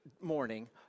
morning